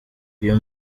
uyu